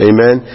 Amen